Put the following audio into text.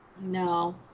No